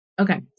okay